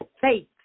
faith